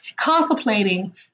contemplating